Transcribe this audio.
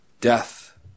death